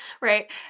right